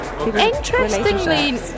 Interestingly